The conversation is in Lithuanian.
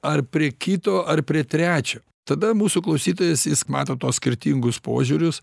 ar prie kito ar prie trečio tada mūsų klausytojas jis mato tuos skirtingus požiūrius